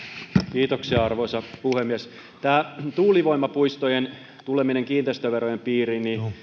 arvoisa puhemies tuulivoimapuistojen tuleminen kiinteistöverojen piiriin